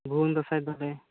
ᱵᱷᱩᱭᱟᱝ ᱫᱟᱸᱥᱟᱭ ᱫᱚᱞᱮ ᱢᱟᱱᱟᱣᱟ